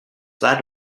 that